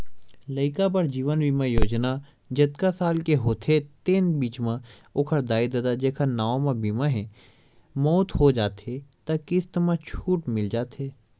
लइका बर जीवन बीमा योजना जतका साल के होथे तेन बीच म ओखर दाई ददा जेखर नांव म बीमा हे, मउत हो जाथे त किस्त म छूट मिल जाथे